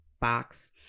box